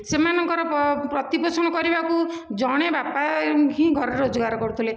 ସେମାନଙ୍କର ପ୍ରତିପୋଷଣ କରିବାକୁ ଜଣେ ବାପା ହିଁ ଘର ର ରୋଜଗାର କରୁଥିଲେ